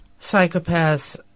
psychopaths